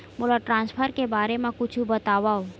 मोला ट्रान्सफर के बारे मा कुछु बतावव?